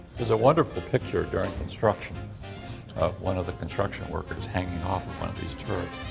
was a wonderful picture during construction of one of the construction workers hanging off of one of these turrets,